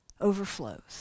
overflows